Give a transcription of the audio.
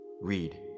read